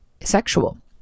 sexual